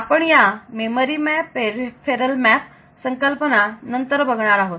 आपण या memory map peripheral map संकल्पना नंतर बघणार आहोत